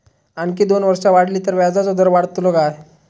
आणखी दोन वर्षा वाढली तर व्याजाचो दर वाढतलो काय?